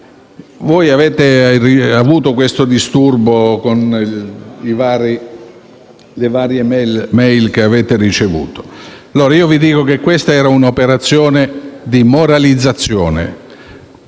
voi avete avuto il disturbo delle varie *mail* che avete ricevuto, allora vi dico che questa era un'operazione di moralizzazione: